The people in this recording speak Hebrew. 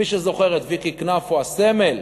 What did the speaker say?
מי שזוכר את ויקי קנפו, הסמל,